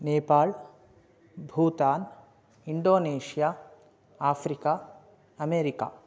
Nepal Bhutan Indonesia Africa America